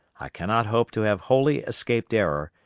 i cannot hope to have wholly escaped error,